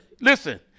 Listen